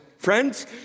Friends